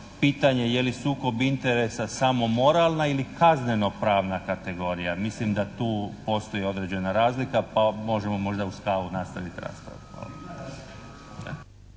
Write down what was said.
pitanje je li sukob interesa samo moralna ili kaznenopravna kategorija. Mislim da tu postoji određena razlika pa možemo možda uz kavu nastavit razgovor.